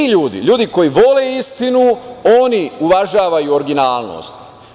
Ti ljudi, ljudi koji vole istinu oni uvažavaju originalnost.